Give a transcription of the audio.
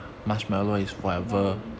pulau ubin